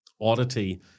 oddity